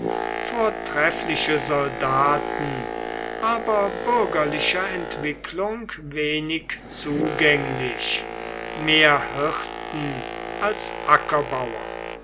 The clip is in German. vortreffliche soldaten aber bürgerlicher entwicklung wenig zugänglich mehr hirten als ackerbauer